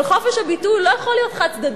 אבל חופש הביטוי לא יכול להיות חד-צדדי,